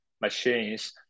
Machines